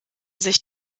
sich